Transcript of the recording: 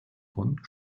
von